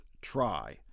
try